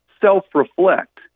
self-reflect